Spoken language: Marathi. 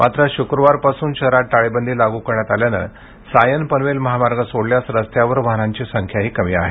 मात्र शुक्रवारपासून शहरात टाळेबंदी लागू करण्यात आल्यामुळं सायन पनवेल महामार्ग सोडल्यास रस्त्यावर वाहनांची संख्याही कमी आहे